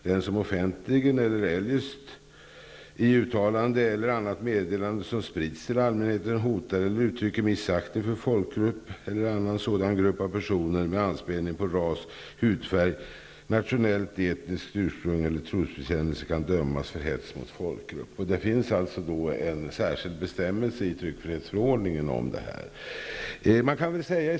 Den som i uttalande eller annat meddelande som sprids hotar eller uttrycker missaktning för folkgrupp eller annan sådan grupp av personer med anspelning på ras, hudfärg, nationellt eller etniskt ursprung eller trosbekännelse kan dömas för hets mot folkgrupp. Det finns en särskild bestämmelse i brottsbalken och i tryckfrihetsförordningen om detta.